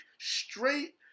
straight